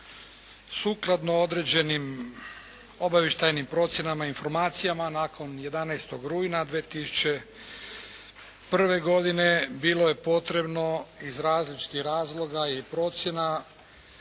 Sukladno određenim obavještajnim procjenama i informacijama nakon 11. rujna 2001. godine bilo je potrebno iz različitih razloga i procjena